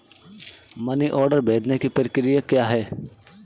Money order भेजने की प्रक्रिया क्या है?